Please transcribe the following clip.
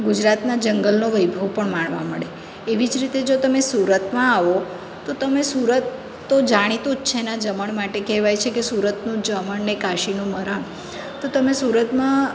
ગુજરાતનાં જંગલનો વૈભવ પણ માણવા મળે એવી જ રીતે જો તમે સુરતમાં આવો તો તમે સુરત તો જાણીતું જ છે એના જમણ માટે કહેવાય છે કે સુરતનું જમણ ને કાશીનું મરણ તો તમે સુરતમાં